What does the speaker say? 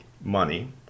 money